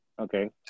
okay